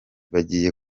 bagiye